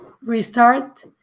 restart